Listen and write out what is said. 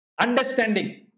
understanding